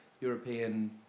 European